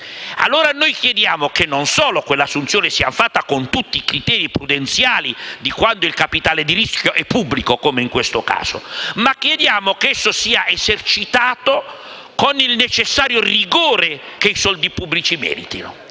Noi chiediamo allora non solo che quell'assunzione sia fatta con tutti i criteri prudenziali di quando il capitale di rischio è pubblico, come in questo caso, ma che essa sia esercitata con il necessario rigore che i soldi pubblici meritano.